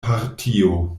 partio